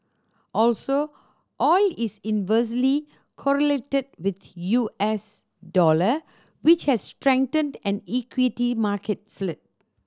also oil is inversely correlated with U S dollar which has strengthened and equity market slid